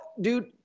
dude